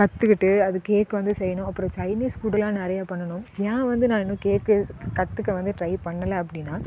கற்றுக்கிட்டு அது கேக் வந்து செய்யணும் அப்புறம் சைனீஸ் ஃபுட்டுலாம் நிறைய பண்ணனும் ஏன் வந்து நான் இன்னும் கேக்கு கற்றுக்க வந்து ட்ரை பண்ணலை அப்படின்னா